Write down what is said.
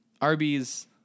Arby's